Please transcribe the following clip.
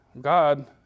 God